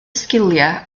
sgiliau